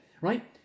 right